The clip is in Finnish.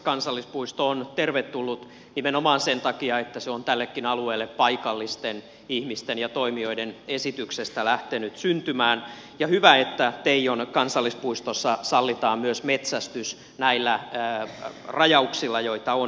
kansallispuisto on tervetullut nimenomaan sen takia että se on tällekin alueelle paikallisten ihmisten ja toimijoiden esityksestä lähtenyt syntymään ja hyvä että teijon kansallispuistossa sallitaan myös metsästys näillä rajauksilla joita on